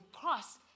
cross